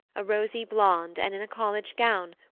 a rosy blonde, and in a college gown,